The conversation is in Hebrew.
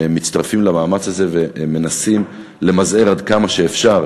מצטרפים למהלך הזה ומנסים למזער עד כמה שאפשר,